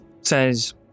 says